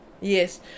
Yes